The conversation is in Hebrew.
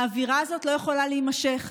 האווירה הזאת לא יכולה להימשך.